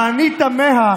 אבל אני תמה,